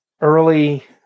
early